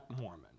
Mormon